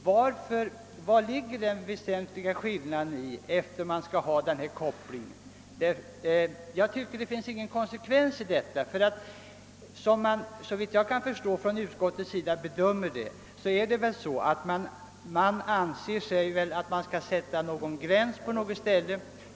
Vari ligger den skillnad som motiverar denna koppling? Jag tycker inte att det finns någon konsekvens häri. Såvitt jag förstår anser utskottet att det bör sättas en gräns någonstans.